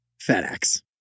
FedEx